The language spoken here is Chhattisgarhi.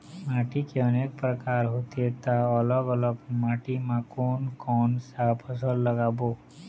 माटी के अनेक प्रकार होथे ता अलग अलग माटी मा कोन कौन सा फसल लगाबो?